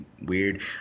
weird